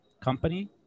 Company